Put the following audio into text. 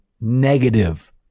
negative